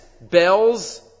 bells